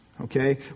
Okay